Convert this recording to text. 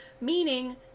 Meaning